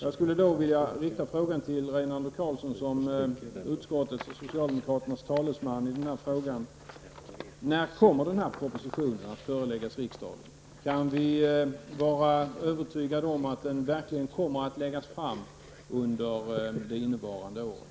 Jag vill rikta en fråga till Rinaldo Karlsson som utskottets och socialdemokraternas talesman i den här frågan: När kommer propositionen att föreläggas riksdagen? Kan vi vara övertygade om att den verkligen kommer att läggas fram under det innevarande året?